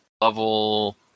level